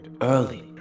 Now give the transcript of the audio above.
early